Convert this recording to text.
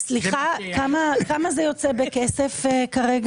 אתם סיימתם עם ההסבר?